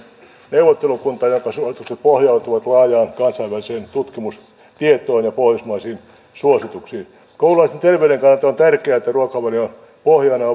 neuvottelukunta jonka suositukset pohjautuvat laajaan kansainväliseen tutkimustietoon ja pohjoismaisiin suosituksiin koululaisten terveyden kannalta on tärkeää että ruokavalion pohjana